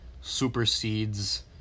supersedes